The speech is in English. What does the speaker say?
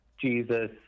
Jesus